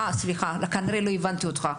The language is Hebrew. סליחה, כנראה לא הבנתי אותך.